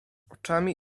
oczami